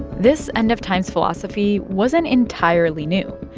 this end of times philosophy wasn't entirely new.